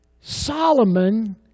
Solomon